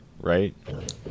right